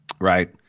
right